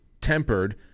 tempered